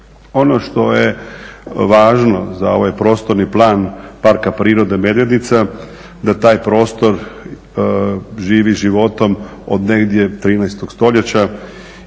Ono što je važno za ovaj Prostorni plan Parka prirode Medvednica da taj prostor živi životom od negdje 13.stoljeća